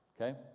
Okay